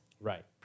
Right